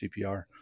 CPR